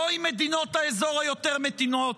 לא עם מדינות האזור היותר מתונות,